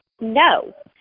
no